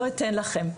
לא אתן לכם,